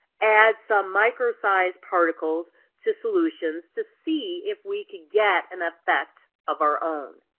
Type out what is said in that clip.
add some microsized particles to solutions, to see if we can get an effect of our own.